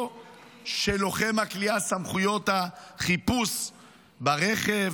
של לוחם הכליאה סמכויות החיפוש ברכב,